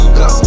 go